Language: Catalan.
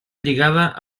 lligada